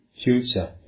future